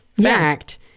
fact